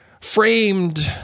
framed